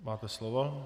Máte slovo.